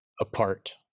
apart